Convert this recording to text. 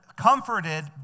comforted